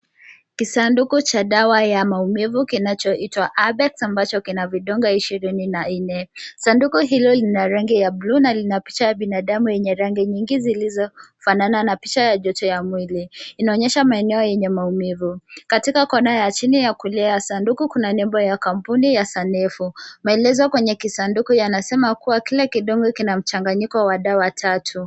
Kisanduku cha dawa ya maumivu kinachoitwa Ibex ambacho kina vidonge 24. Sanduku hiLo Lina rangi ya bluu na lina picha ya binadamu yenye rangi nyingi zilizofanana na picha ya joto ya mwili inaonyesha maumivu. Katika kona ya chini ya kulia ya sanduku kuna nembo ya kampuni ya Sanofi. Maelezo kwenye kisanduku yanasema kuwa kila kidonge kina mchanganyiko wa dawa tatu.